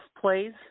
plays